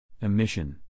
Emission